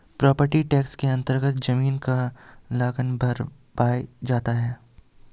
property tax के अन्तर्गत जमीन का लगान भरवाया जाता है